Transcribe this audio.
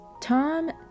Tom